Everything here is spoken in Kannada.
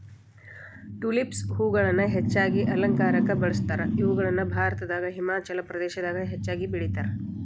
ಟುಲಿಪ್ಸ್ ಹೂಗಳನ್ನ ಹೆಚ್ಚಾಗಿ ಅಲಂಕಾರಕ್ಕ ಬಳಸ್ತಾರ, ಇವುಗಳನ್ನ ಭಾರತದಾಗ ಹಿಮಾಚಲ ಪ್ರದೇಶದಾಗ ಹೆಚ್ಚಾಗಿ ಬೆಳೇತಾರ